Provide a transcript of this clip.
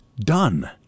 done